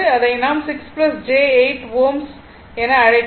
இதை நாம் 6 j 8 Ω என்று அழைக்கிறோம்